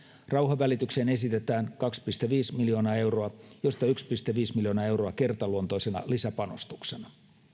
rauhanvälitykseen esitetään kaksi pilkku viisi miljoonaa euroa josta yksi pilkku viisi miljoonaa euroa kertaluontoisena lisäpanostuksena